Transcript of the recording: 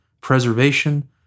preservation